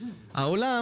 העולם